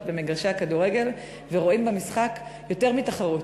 במגרשי הכדורגל ורואים במשחק יותר מתחרות,